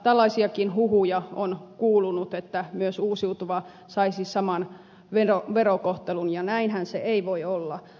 tällaisiakin huhuja on kuulunut että myös uusiutuva saisi saman verokohtelun ja näinhän se ei voi olla